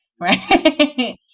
right